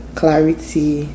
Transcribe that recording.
clarity